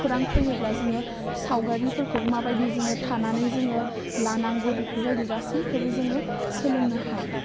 खौरां फैयोब्ला जोङो सावगारिफोरखौ माबायदि जोङो थांनानै जोङो लानांगौ बेफोरबायदि गासैखौबो जोङो सोलोंनो हायो